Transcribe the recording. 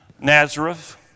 Nazareth